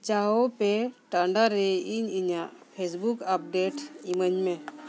ᱡᱟᱣ ᱯᱮ ᱴᱟᱲᱟᱝ ᱨᱮ ᱤᱧ ᱤᱧᱟᱹᱜ ᱯᱷᱮᱥᱵᱩᱠ ᱟᱯᱰᱮᱴ ᱤᱢᱟᱹᱧ ᱢᱮ